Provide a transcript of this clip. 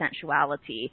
sensuality